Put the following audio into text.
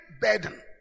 burden